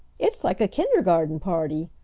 it's like a kindergarten party,